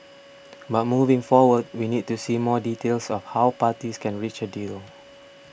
but moving forward we need to see more details of how parties can reach a deal